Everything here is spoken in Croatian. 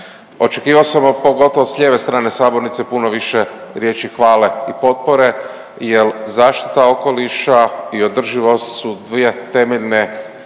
Očekivao sam pogotovo s lijeve strane sabornice puno više riječi hvale i potpore jer zaštita okoliša i održivost su dvije temeljne